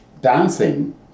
dancing